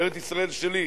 ארץ-ישראל שלי,